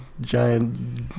giant